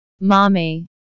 Mommy